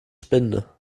spinde